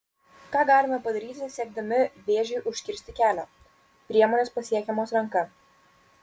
ką galime padaryti siekdami vėžiui užkirsti kelią priemonės pasiekiamos ranka